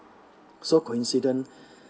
so coincident